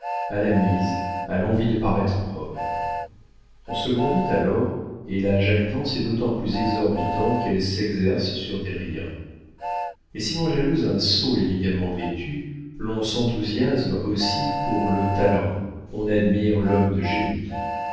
à la mise à l'envie de paraître homme on se grandit alors et la jactance est d'autant plus exorbitante qu'elle s'exerce sur des riens mais si l'on jalouse un sot élégamment vêtu on s'enthousiasme aussi pour le talent on admire l'homme de génie